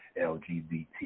LGBT